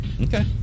Okay